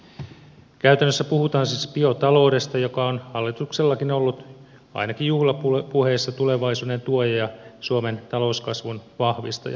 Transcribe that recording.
käytännössä puhutaan siis biotaloudesta joka on hallituksellakin ollut ainakin juhlapuheissa tulevaisuuden tuoja ja suomen talouskasvun vahvistaja